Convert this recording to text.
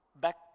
back